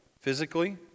physically